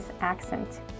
accent